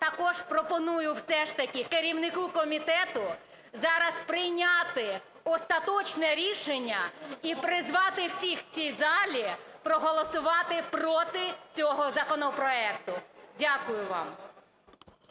також пропоную все ж таки керівнику комітету зараз прийняти остаточне рішення і призвати всіх в цій залі проголосувати проти цього законопроекту. Дякую вам.